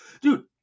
Dude